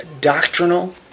doctrinal